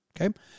okay